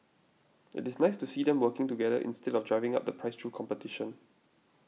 it is nice to see them working together instead of driving up the price through competition